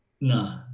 No